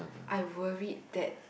I worried that